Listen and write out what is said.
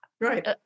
Right